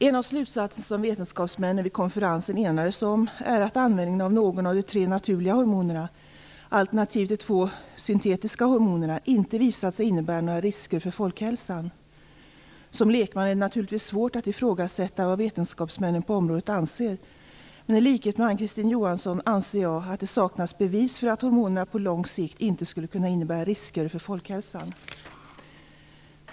En av slutsatserna som vetenskapsmännen vid konferensen enades om är att användning av någon av de tre naturliga hormonerna alternativt de två syntetiska hormonerna inte visat sig innebära några risker för folkhälsan. Som lekman är det naturligtvis svårt att ifrågasätta vad vetenskapsmännen på området anser, men i likhet med Ann-Kristine Johansson anser jag att det saknas bevis för att hormonerna på lång sikt inte skulle kunna innebära risker för folkhälsan.